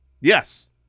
Yes